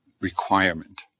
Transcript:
requirement